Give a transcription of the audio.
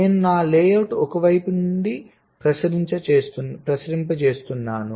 నేను నా లేఅవుట్ను ఒక వైపు నుండి ప్రసరింపచేస్తున్నాను